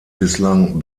bislang